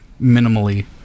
minimally